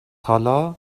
حالا